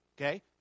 okay